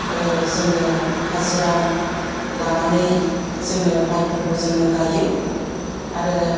जोङो हाजिरा लानानै जोङो माइफोरखौ जोङो गायो आरो